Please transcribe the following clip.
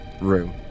room